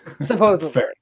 Supposedly